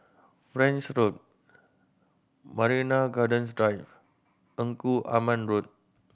French Road Marina Gardens Drive Engku Aman Road